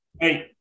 Hey